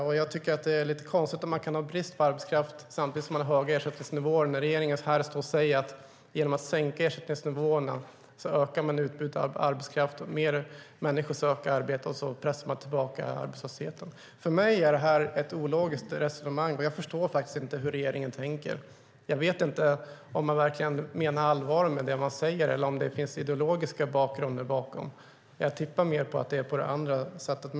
Det verkar lite konstigt att Norge har brist på arbetskraft samtidigt som de har höga ersättningsnivåer och regeringen i Sverige säger att man genom att sänka ersättningsnivåerna ökar utbudet av arbetskraft, att fler människor söker arbete och att man därmed pressar tillbaka arbetslösheten. För mig är det ett ologiskt resonemang, och jag förstår faktiskt inte hur regeringen tänker. Jag vet inte om regeringen menar allvar med det man säger eller om det finns ideologiska skäl bakom. Jag tippar att det är det senare.